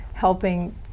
helping